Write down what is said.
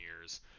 years